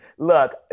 Look